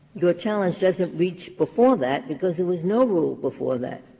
your challenge doesn't reach before that, because there was no rule before that.